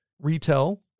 Retail